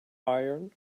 iron